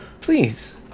Please